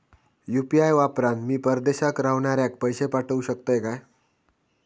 UPI वापरान मी परदेशाक रव्हनाऱ्याक पैशे पाठवु शकतय काय?